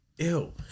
Ew